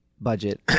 budget